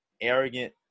arrogant